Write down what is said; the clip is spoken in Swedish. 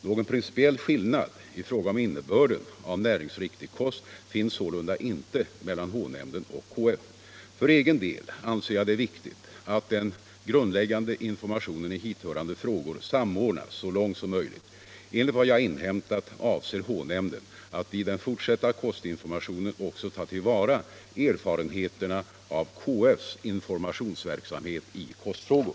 Någon principiell skillnad i fråga om innebörden av näringsriktig kost finns sålunda inte mellan H-nämnden och KF. För egen del anser jag det viktigt att den grundläggande informationen i hithörande frågor samordnas så långt som möjligt. Enligt vad jag har inhämtat avser H-nämnden att i den fortsatta kostinformationen också ta till vara erfarenheterna av KF:s informationsverksamhet i kostfrågor.